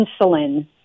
insulin